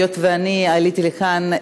היות שאני עליתי לכאן,